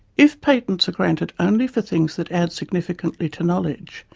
if patents are granted only for things that add significantly to knowledge,